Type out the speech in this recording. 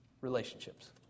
relationships